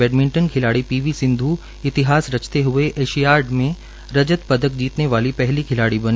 badminton खिलाडी P V Sindhu इतिहास रचते हए एशियाड में रजत पदक जीतने वाली पहली महिला बनी